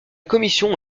commission